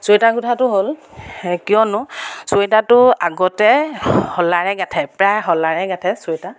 sweater গোঁঠাটো হ'ল কিয়নো চুৱেটাৰটো আগতে শলাৰে গাঠে প্ৰায় হ'লাৰে গাঠে চুৱেটাৰ